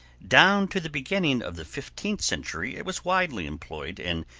down to the beginning of the fifteenth century it was widely employed in